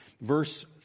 Verse